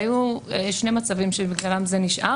היו שני מצבים בגללם זה נשאר.